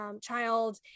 child